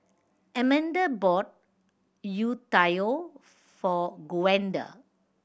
Amanda bought youtiao for Gwenda